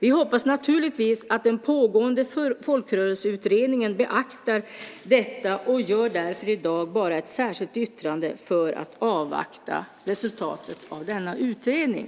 Vi hoppas naturligtvis att den pågående folkrörelseutredningen beaktar detta och avger därför i dag bara ett särskilt yttrande för att avvakta resultatet av denna utredning.